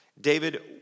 David